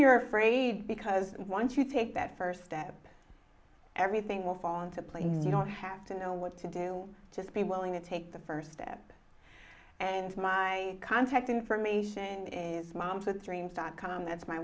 you're afraid because once you take that first step everything will fall into place you don't have to know what to do just be willing to take the first step and my contact information is moms with dreams dot com that's my